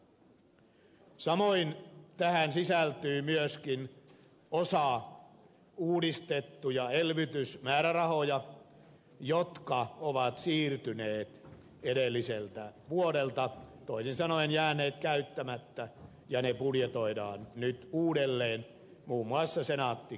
samoin tähän sisältyy myöskin osa uudistettuja elvytysmäärärahoja jotka ovat siirtyneet edelliseltä vuodelta toisin sanoen jääneet käyttämättä ja ne budjetoidaan nyt uudelleen muun muassa senaatti kiinteistöjen osalta